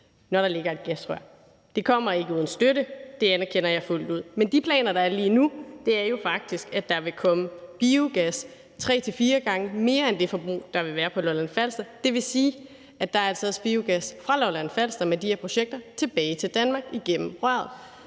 når der ligger et gasrør. Det kommer ikke uden støtte, det anerkender jeg fuldt ud, men med de planer, der er lige nu, vil der komme tre til fire gange mere biogas end det forbrug, der vil være på Lolland-Falster. Det vil sige, at der altså med de her projekter også er biogas fra Lolland-Falster tilbage til Danmark igennem røret.